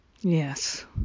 Yes